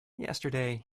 yesterday